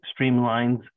streamlines